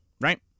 right